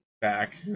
back